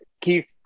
Keith